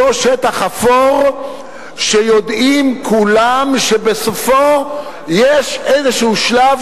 אותו שטח אפור שיודעים כולם שבסופו יש איזה שלב,